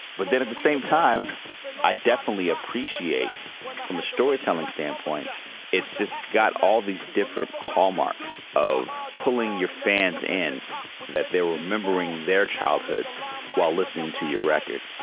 but then at the same time i definitely appreciate from a storytelling standpoint it's just got all these different hallmarks of pulling your fans in that they're remembering their childhoods while listening to your record